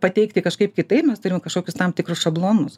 pateikti kažkaip kitaip mes turim kažkokius tam tikrus šablonus